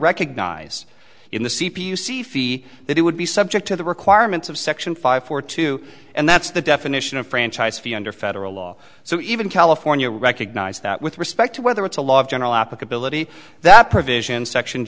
recognize in the c p u sci fi that it would be subject to the requirements of section five for two and that's the definition of franchise fee under federal law so even california recognized that with respect to whether it's a law of general applicability that provision section